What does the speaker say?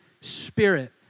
spirit